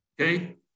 Okay